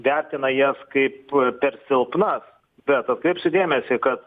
vertina jas kaip per silpnas bet atkreipsiu dėmesį kad